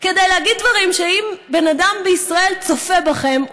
כדי להגיד דברים שאם בן אדם בישראל צופה בכם,